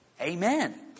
Amen